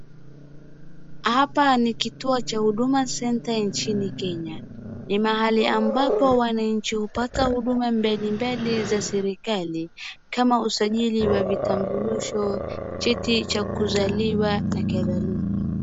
Hapa ni kituo cha Huduma Center nchini Kenya. Ni mahali ambapo wananchi hupata huduma mbalimbali za serikali kama usajili wa vitambulisho, cheti cha kuzaliwa na kadhalika.